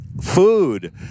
food